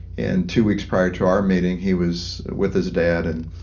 and two weeks prior to our meeting, he was with his dad and